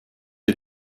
est